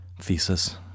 thesis